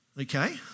Okay